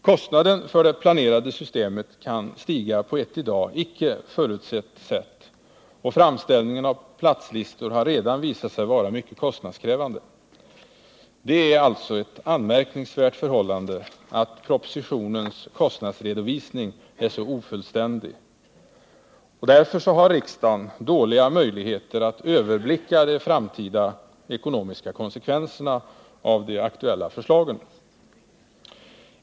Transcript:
Kostnaden för det planerade systemet kan stiga på ett i dag icke förutsett sätt, och framställningen av platslistor har redan visat sig vara mycket kostnadskrävande. Det är ett anmärkningsvärt förhållande att propositionens kostnadsredovisning är så ofullständig. Riksdagen har på grund av detta förhållande dåliga möjligheter att överblicka de framtida ekonomiska konsekvenserna av de aktuella förslagen.